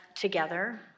together